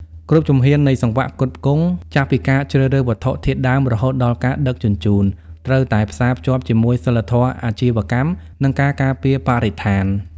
គ្រប់ជំហាននៃសង្វាក់ផ្គត់ផ្គង់ ចាប់ពីការជ្រើសរើសវត្ថុធាតុដើមរហូតដល់ការដឹកជញ្ជូន ត្រូវតែផ្សារភ្ជាប់ជាមួយសីលធម៌អាជីវកម្ម និងការការពារបរិស្ថាន។